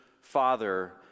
father